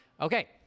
Okay